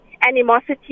animosity